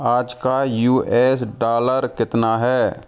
आज का U S dollar कितना है